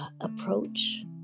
approach